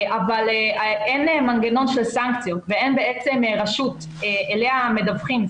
אבל אין מנגנון של סנקציות ואין רשות אליה מדווחים.